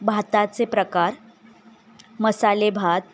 भाताचे प्रकार मसाले भात